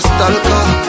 Stalker